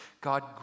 God